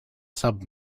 sub